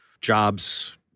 jobs